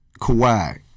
Kawhi